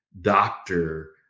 Doctor